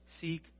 seek